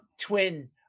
twin